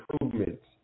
improvements